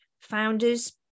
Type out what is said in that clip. founders